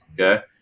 Okay